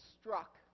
struck